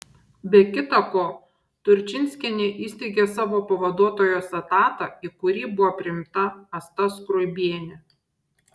be kita ko turčinskienė įsteigė savo pavaduotojos etatą į kurį buvo priimta asta skruibienė